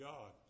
God